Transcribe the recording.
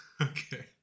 Okay